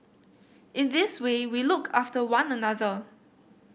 in this way we look after one another